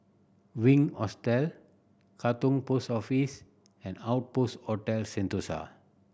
Wink Hostel Katong Post Office and Outpost Hotel Sentosa